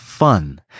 Fun